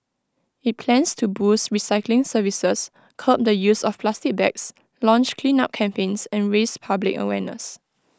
IT plans to boost recycling services curb the use of plastic bags launch cleanup campaigns and raise public awareness